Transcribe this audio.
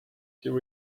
two